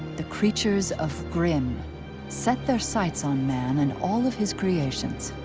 the creatures of grimm set their sights on man and all of his creations.